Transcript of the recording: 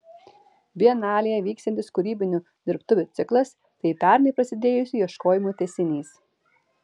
bienalėje vyksiantis kūrybinių dirbtuvių ciklas tai pernai prasidėjusių ieškojimų tęsinys